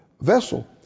vessel